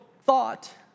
thought